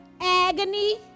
agony